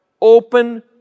open